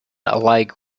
alike